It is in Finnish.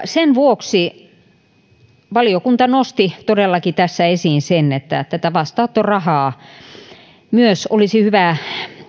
sen vuoksi valiokunta todellakin nosti tässä esiin sen että myös tätä vastaanottorahaa olisi hyvä